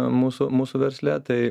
mūsų mūsų versle tai